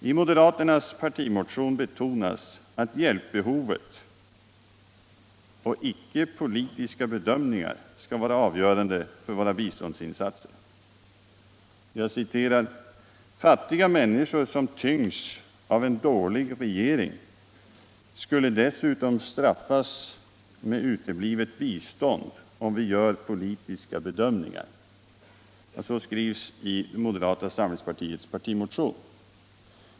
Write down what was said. I moderaternas partimotion betonas att hjälpbehovet och icke politiska bedömningar skall vara avgörande för våra biståndsinsatser. ”Fattiga människor som tyngs av en dålig regering skulle dessutom straffas med uteblivet utvecklingsbistånd”, om vi gör politiska bedömningar — så står det i moderaternas partimotion.